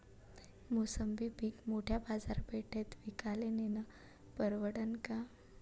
मोसंबी पीक मोठ्या बाजारपेठेत विकाले नेनं परवडन का?